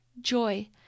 joy